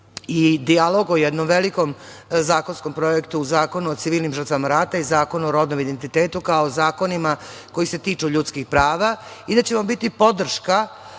i dijalog o jednom velikom zakonskom projektu, Zakonu o civilnim žrtvama rata i Zakonu o rodnom identitetu, kao zakonima koji se tiču ljudskih prava i da ćemo biti podrška